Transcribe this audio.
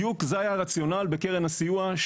בדיוק זה היה הרציונל בקרן הסיוע,